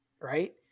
Right